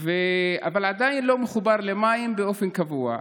אבל עדיין לא מחובר למים באופן קבוע.